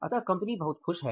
अतः कंपनी बहुत खुश है